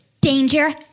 Danger